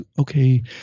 okay